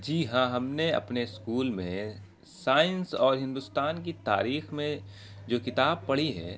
جی ہاں ہم نے اپنے اسکول میں سائنس اور ہندوستان کی تاریخ میں جو کتاب پڑھی ہے